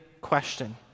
question